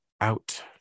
out